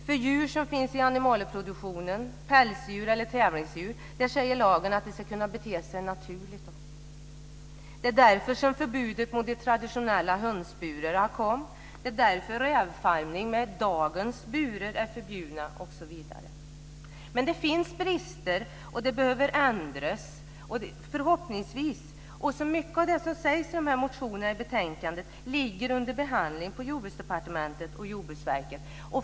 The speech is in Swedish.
För djur som finns i animalieproduktionen, pälsdjur eller tävlingsdjur säger lagen att de ska kunna bete sig naturligt. Det är därför förbudet mot de traditionella hönsburarna kom, det är därför rävfarmning med dagens burar är förbjuden osv. Men det finns brister, och sådant som måste ändras. Mycket av det som sägs i motionerna och betänkandet ligger under behandling i Jordbruksdepartementet och Jordbruksverket.